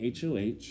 HOH